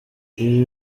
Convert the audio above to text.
ibi